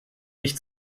nicht